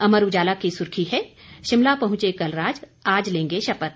अमर उजाला की सुर्खी है शिमला पहुंचे कलराज आज लेंगे शपथ